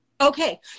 Okay